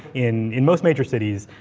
in in most major cities,